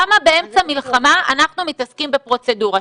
למה באמצע מלחמה אנחנו מתעסקים בפרוצדורה?